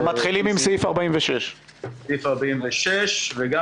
מתחילים עם סעיף 46. סעיף 46. וגם